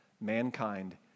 Mankind